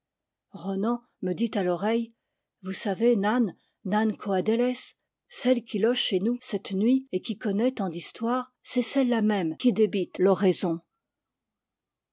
ronan me dit à l'oreille vous savez nann nann coadélez celle qui loge chez nous cette nuit et qui connaît tant d histoires c'est celle-là même qui débite